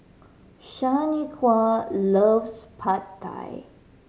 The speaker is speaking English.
Shanequa loves Pad Thai